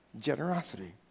Generosity